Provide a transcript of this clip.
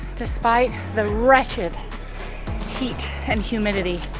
despite the wretched heat and humidity